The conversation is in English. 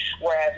whereas